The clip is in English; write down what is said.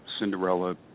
Cinderella